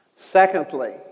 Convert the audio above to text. Secondly